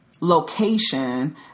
location